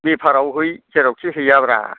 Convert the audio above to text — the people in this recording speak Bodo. बेफाराव है जेरावखि हैयाब्रा